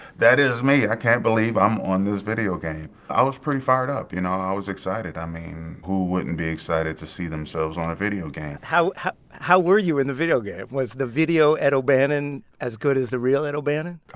that is me. i can't believe i'm on this video game. i was pretty fired up. you know, i was excited. i mean, who wouldn't be excited to see themselves on a video game? how were you in the video game? was the video ed o'bannon as good as the real ed o'bannon?